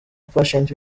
patient